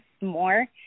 more